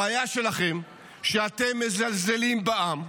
הבעיה שלכם היא שאתם מזלזלים בעם.